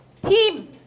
Team